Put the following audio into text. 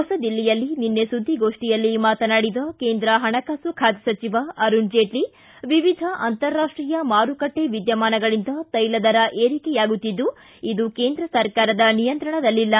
ಹೊಸದಿಲ್ಲಿಯಲ್ಲಿ ನಿನ್ನೆ ಸುದ್ದಿಗೋಷ್ಠಿಯಲ್ಲಿ ಮಾತನಾಡಿದ ಕೇಂದ್ರ ಹಣಕಾಸು ಖಾತೆ ಸಚಿವ ಅರುಣ್ ಜೇಟ್ಲಿ ವಿವಿಧ ಅಂತಾರಾಷ್ಟೀಯ ಮಾರುಕಟ್ಟೆ ವಿದ್ಯಮಾನಗಳಿಂದ ತೈಲ ದರ ಏರಿಕೆಯಾಗುತ್ತಿದ್ದು ಇದು ಕೇಂದ್ರ ಸರ್ಕಾರದ ನಿಯಂತ್ರಣದಲ್ಲಿಲ್ಲ